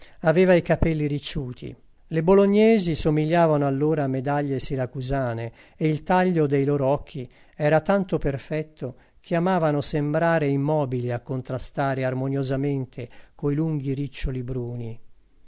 aveva i capelli ricciuti le bolognesi somigliavano allora a medaglie siracusane e il taglio dei loro occhi era tanto perfetto che amavano sembrare immobili a contrastare armoniosamente coi lunghi riccioli bruni